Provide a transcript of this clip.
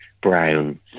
brown